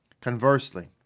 Conversely